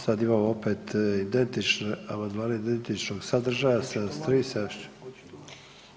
Sad imamo opet identične, amandmane identičnog sadržaja 73., 74.